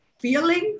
feelings